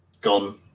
Gone